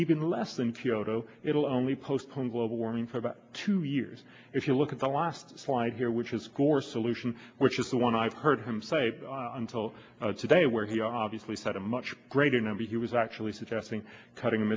even less than kyoto it'll only postpone global warming for about two years if you look at the last slide here which is gore solution which is the one i've heard him say until today where he obviously said a much greater number he was actually suggesting cutting